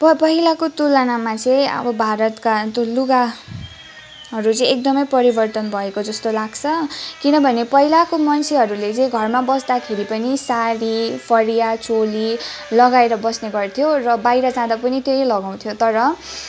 प पहिलाको तुलनामा चाहिँ अब भारतका तो लुगाहरू चाहिँ एकदमै परिवर्तन भएको जस्तो लाग्छ किनभने पहिलाको मान्छेहरूले चाहिँ घरमा बस्दाखेरि पनि सारी फरिया चोली लगाएर बस्ने गर्थ्यो र बाहिर जाँदा पनि त्यही लगाउँथ्यो तर